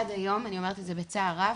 עד היום, אני אומרת את זה בצער רב,